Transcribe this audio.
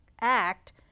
act